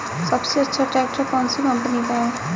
सबसे अच्छा ट्रैक्टर कौन सी कम्पनी का है?